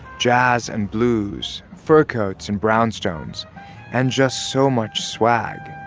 jazz and blues, fur coats and brownstones and just so much swag.